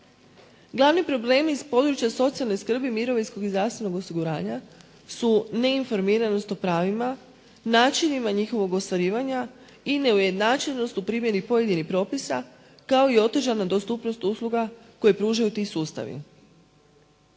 Glavni problemi s područja socijalne skrbi, mirovinskog i zdravstvenog osiguranja su neinformiranost o pravima, načinima njihovog ostvarivanja i neujednačenost u primjeni pojedinih propisa kao i otežana dostupnost usluga koji pružaju ti sustavi.